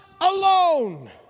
alone